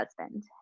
husband